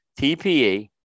TPE